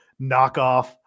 knockoff